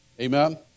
Amen